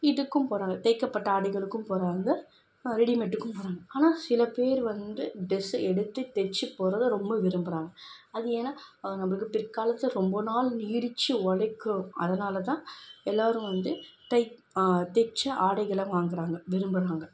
இதுக்கும் போகிறாங்க தைக்கப்பட்ட ஆடைகளுக்கு போகிறாங்க ரெடிமேடுக்கும் போகிறாங்க ஆனால் சில பேர் வந்து ட்ரெஸ்ஸை எடுத்து தைச்சு போடுறத ரொம்ப விரும்புகிறாங்க அது ஏன்னா அவங்க நம்மளுக்கு பிற்காலத்துல ரொம்ப நாள் நீடித்து உழைக்கும் அதனால் தான் எல்லோரும் வந்து தைச்ச ஆடைகளை வாங்குகிறாங்க விரும்புகிறாங்க